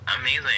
Amazing